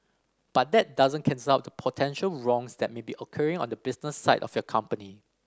but that doesn't cancel out the potential wrongs that may be occurring on the business side of your company